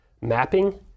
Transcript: mapping